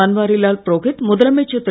பன்வாரிலால் புரோஹித் முதலமைச்சர் திரு